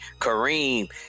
Kareem